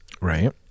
right